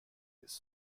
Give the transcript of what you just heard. this